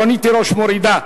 רונית תירוש מורידה.